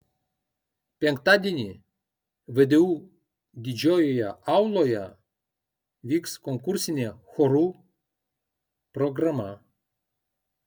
penktadienį vdu didžiojoje auloje vyks konkursinė chorų programa